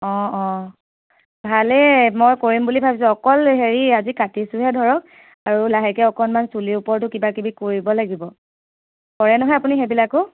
অ অ ভালেই মই কৰিম বুলি ভাবিছোঁ অকল হেৰি আজি কাটিছোঁহে ধৰক আৰু লাহেকৈ অকণমান চুলিৰ ওপৰতো কিবা কিবি কৰিব লাগিব কৰে নহয় আপুনি সেইবিলাকো